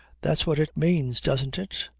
that's what it means. doesn't it?